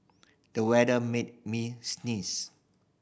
the weather made me sneeze